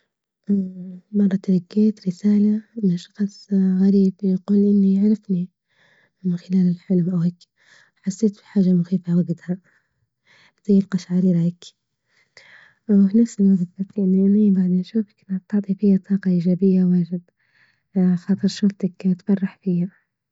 مرة تلقيت رسالة من شخص غريب يقول إنه يعرفني من خلال الحلم أو هيك، حسيت في حاجة مخيفة وجتها زي القشعريرة هيك، وفي نفس الوجت حسيت إني بعد ما شفتك إنك بتعطي فيا طاقة إيجابية واجد، خاطر شوفتك تفرح فيا.